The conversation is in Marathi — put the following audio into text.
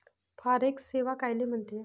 फॉरेक्स सेवा कायले म्हनते?